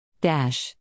Dash